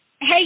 Hey